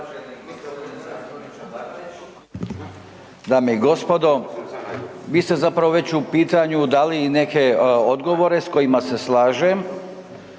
dame i gospodo. Vi ste zapravo već u pitanju dali i neke odgovore s kojima se slažem,